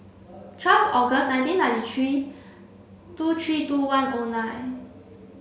twelve August nineteen ninety three two three two one O nine